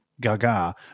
Gaga